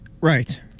Right